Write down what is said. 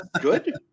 good